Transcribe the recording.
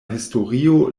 historio